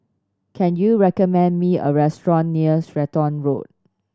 can you recommend me a restaurant near Stratton Road